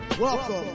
welcome